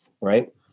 Right